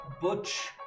Butch